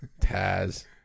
Taz